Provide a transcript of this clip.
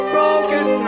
Broken